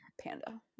panda